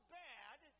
bad